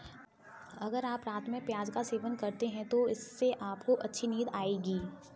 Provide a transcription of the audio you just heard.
अगर आप रात में प्याज का सेवन करते हैं तो इससे आपको अच्छी नींद आएगी